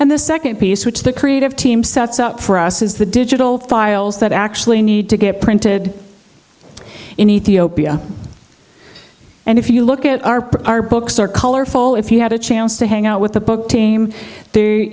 and the second piece which the creative team sets out for us is the digital files that actually need to get printed in ethiopia and if you look at our books our colorful if you had a chance to hang out with the book team they